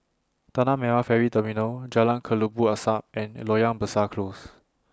Tanah Merah Ferry Terminal Jalan Kelabu Asap and Loyang Besar Close